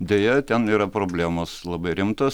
deja ten yra problemos labai rimtos